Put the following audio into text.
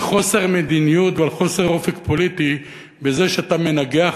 על חוסר מדיניות ועל חוסר אופק פוליטי בזה שאתה מנגח,